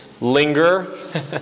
linger